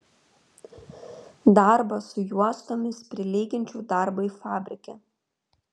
darbą su juostomis prilyginčiau darbui fabrike